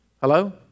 Hello